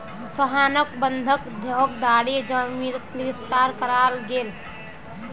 सोहानोक बंधक धोकधारी जुर्मोत गिरफ्तार कराल गेल